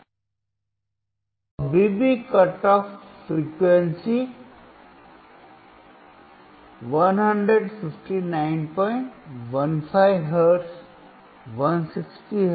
तो अभी भी कट ऑफ आवृत्ति 15915 हर्ट्ज 160 हर्ट्ज है